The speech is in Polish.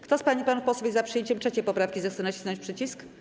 Kto z pań i panów posłów jest za przyjęciem 3. poprawki, zechce nacisnąć przycisk.